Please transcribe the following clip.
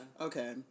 okay